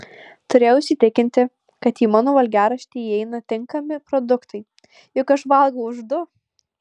turėjau įsitikinti kad į mano valgiaraštį įeina tinkami produktai juk aš valgau už du